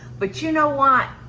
but you know what?